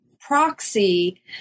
proxy